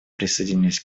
присоединились